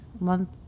month